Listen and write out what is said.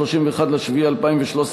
31 ביולי 2013,